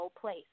place